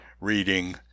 reading